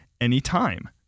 anytime